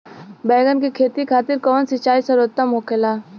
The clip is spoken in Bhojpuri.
बैगन के खेती खातिर कवन सिचाई सर्वोतम होखेला?